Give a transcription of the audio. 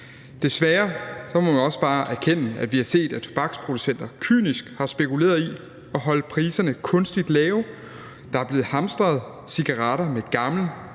Desværre må vi også bare erkende, at vi har set, at tobaksproducenter kynisk har spekuleret i at holde priserne kunstigt lave. Der er blevet hamstret cigaretter med gamle